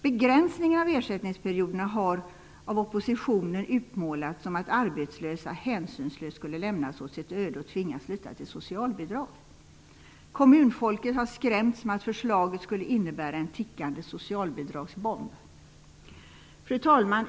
Begränsningen av ersättningsperioderna har av oppositionen utmålats som att arbetslösa hänsynslöst skulle lämnas åt sitt öde och tvingas lita till socialbidrag. Kommunfolket har skrämts med att förslaget skulle innebära en tickande Fru talman!